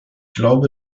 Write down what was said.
glaube